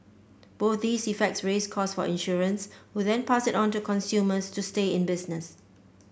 both these effects raise costs for insurers who then pass it on to consumers to stay in business